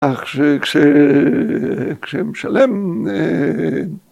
‫אך כשמשלם...